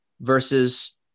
versus